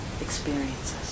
experiences